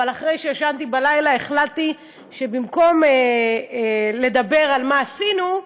אבל אחרי שישנתי בלילה החלטתי שבמקום לדבר על מה עשינו,